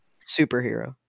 superhero